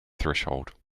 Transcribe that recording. threshold